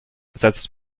setzt